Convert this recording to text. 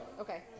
Okay